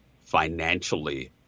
financially